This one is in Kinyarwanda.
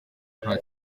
nta